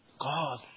God